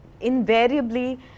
invariably